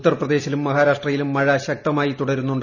ഉത്തർപ്രദേശിലും മഹാരാഷ്ട്രയിലും മഴ ശക്തമായി തുടരുന്നുണ്ട്